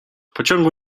pociągu